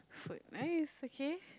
food nice okay